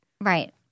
Right